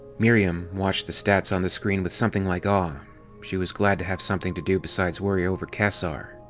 miriam watched the stats on the screen with something like awe she was glad to have something to do besides worry over kesar,